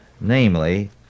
namely